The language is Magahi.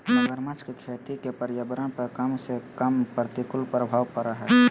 मगरमच्छ के खेती के पर्यावरण पर कम से कम प्रतिकूल प्रभाव पड़य हइ